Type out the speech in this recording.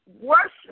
worship